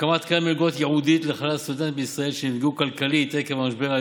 הקמת קרן מלגות ייעודית לכלל הסטודנטים בישראל שנפגעו כלכלית עקב המשבר,